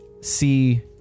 see